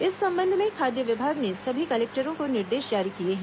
इस संबंध में खाद्य विभाग ने सभी कलेक्टरों को निर्देश जारी किए हैं